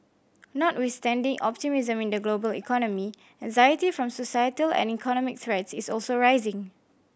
notwithstanding optimism in the global economy anxiety from societal and economic threats is also rising